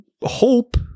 hope